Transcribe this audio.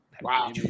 Wow